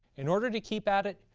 in order to keep at it,